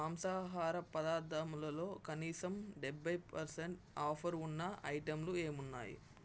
మాంసాహార పదార్థములలో కనీసం డెబ్బై పర్సెంట్ ఆఫరు ఉన్న ఐటెంలు ఏమున్నాయి